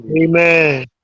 Amen